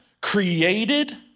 created